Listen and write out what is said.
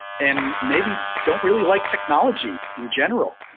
and maybe don't really like technology, in general.